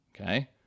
Okay